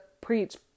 preach